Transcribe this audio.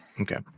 okay